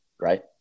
Right